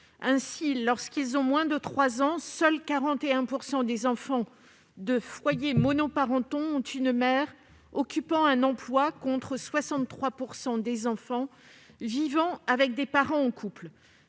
Ainsi, lorsqu'ils ont moins de trois ans, seuls 41 % des enfants de foyers monoparentaux ont une mère occupant un emploi, contre 63 % des enfants vivant avec des parents en couple.